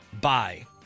Bye